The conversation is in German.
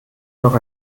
noch